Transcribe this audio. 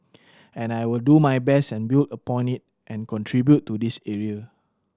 and I will do my best and build upon it and contribute to this area